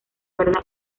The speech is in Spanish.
cuerda